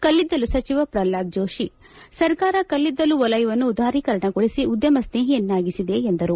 ಕಲ್ಲಿದ್ದಲು ಸಚಿವ ಪ್ರಲ್ಹಾದ್ ಜೋಷಿ ಸರ್ಕಾರ ಕಲ್ಲಿದ್ದಲು ವಲಯವನ್ನು ಉದಾರೀಕರಣಗೊಳಿಸಿ ಉದ್ಯಮ ಸ್ನೇಹಿಯನ್ನಾಗಿಸಿದೆ ಎಂದರು